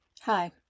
Hi